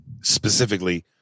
specifically